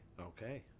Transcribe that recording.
Okay